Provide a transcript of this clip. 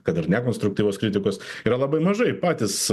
kad ir ne konstruktyvios kritikos yra labai mažai patys